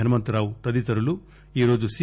హనుమంతరావు తదితరులు ఈరోజు సి